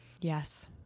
Yes